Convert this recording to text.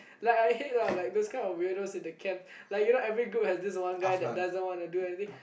like I hate lah like those kind of weirdos in the camp like you know every group has this one guy that doesn't want to do anything